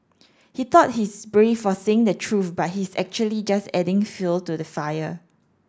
he thought he's brave for saying the truth but he's actually just adding fuel to the fire